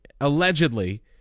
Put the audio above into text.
allegedly